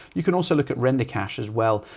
you can also look at render cache as well.